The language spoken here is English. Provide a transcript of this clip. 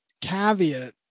caveat